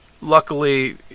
Luckily